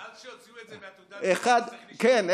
מזל שהוציאו את זה מתעודת הזהות כן.